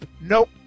nope